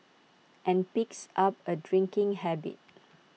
and picks up A drinking habit